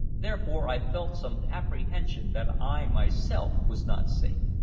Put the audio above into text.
therefore i felt some apprehension that i myself was not safe.